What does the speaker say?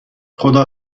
خدا